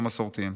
לא מסורתיים,